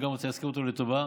וגם אני רוצה להזכיר אותו לטובה